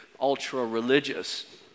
ultra-religious